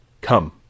Come